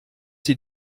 die